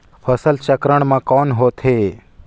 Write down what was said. फसल चक्रण मा कौन होथे?